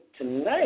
tonight